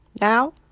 Now